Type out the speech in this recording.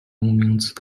名字